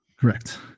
Correct